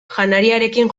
janariarekin